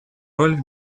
роль